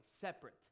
separate